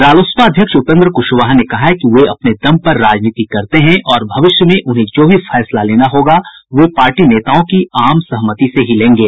रालोसपा अध्यक्ष उपेन्द्र कुशवाहा ने कहा है कि वे अपने दम पर राजनीति करते हैं और भविष्य में उन्हें जो भी फैसला लेना होगा वे पार्टी नेताओं की आम सहमति से ही लेंगे